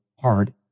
hard